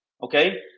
Okay